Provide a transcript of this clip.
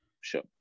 sure